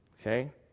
okay